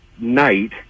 night